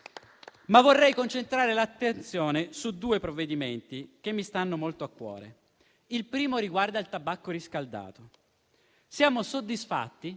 Ma vorrei concentrare l'attenzione su due provvedimenti che mi stanno molto a cuore. Il primo riguarda il tabacco riscaldato: siamo soddisfatti